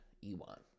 Ewan